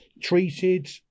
treated